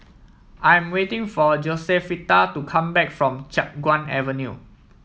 I'm waiting for Josefita to come back from Chiap Guan Avenue